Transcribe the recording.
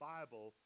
Bible